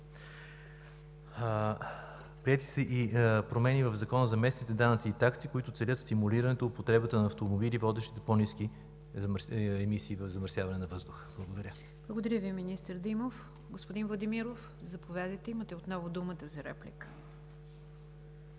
Приети са и промени в Закона за местните данъци и такси, които целят стимулирането и употребата на автомобили, водещи до по-ниски емисии в замърсяването на въздуха. Благодаря. ПРЕДСЕДАТЕЛ НИГЯР ДЖАФЕР: Благодаря Ви, министър Димов. Господин Владимиров, заповядайте. Имате отново думата за реплика.